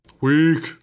Weak